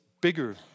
bigger